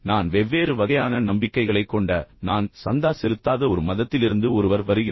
நான் வெவ்வேறு வகையான நம்பிக்கைகளைக் கொண்ட நான் சந்தா செலுத்தாத ஒரு மதத்திலிருந்து ஒருவர் வருகிறார்